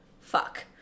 fuck